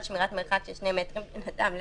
שמירת מרחק של שני מטרים בין אדם לאדם.